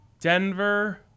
Denver